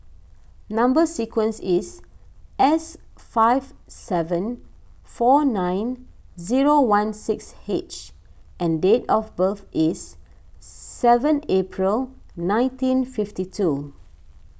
Number Sequence is S five seven four nine zero one six H and date of birth is seven April nineteen fifty two